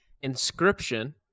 Inscription